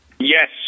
Yes